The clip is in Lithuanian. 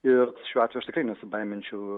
ir šiuo atveju aš tikrai nesibaiminčiau